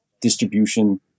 distribution